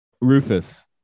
Rufus